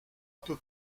peu